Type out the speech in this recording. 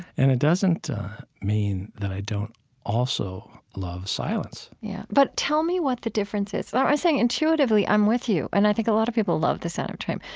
and it doesn't mean that i don't also love silence yeah but tell me what the difference is. i'm saying, intuitively, i'm with you, and i think a lot of people love the sound of trains,